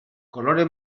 kolore